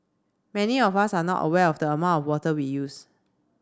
many of us are not aware of the amount of water we use